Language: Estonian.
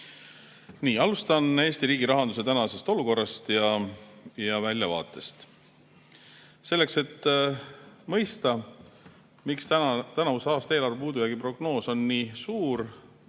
Nii, alustan Eesti riigi rahanduse tänasest olukorrast ja väljavaatest. Selleks, et mõista, miks tänavuse aasta eelarve puudujäägi prognoos on nii suur,